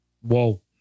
Whoa